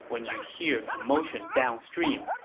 when you hear commotion downstream,